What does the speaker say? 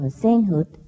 sainthood